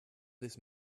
this